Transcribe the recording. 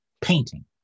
painting